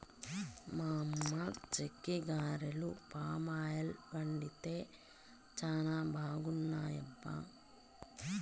మా అమ్మ చెక్కిగారెలు పామాయిల్ వండితే చానా బాగున్నాయబ్బా